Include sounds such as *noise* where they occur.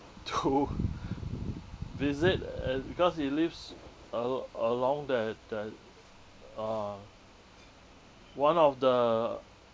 to *laughs* visit and because he lives a~ along that that uh one of the